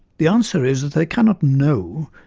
the answer is that they cannot know,